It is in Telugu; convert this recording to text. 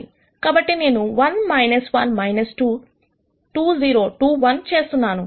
కాబట్టి నేను 1 1 2 2 0 2 1 చేస్తున్నాను